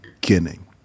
beginning